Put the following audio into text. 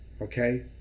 Okay